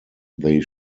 they